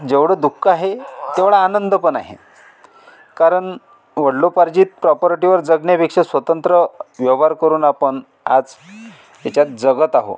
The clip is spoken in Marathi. जेवढ दुख आहे तेवढ आनंद पण आहे कारण वडिलोपार्जित प्रॉपर्टीवर जगण्या पेक्षा स्वतंत्र व्यवहार करून आपण आज त्याचात जगत आहोत